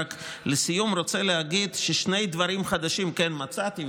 רק לסיום אני רוצה להגיד ששני דברים חדשים כן מצאתי,